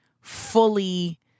fully